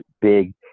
big